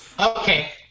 Okay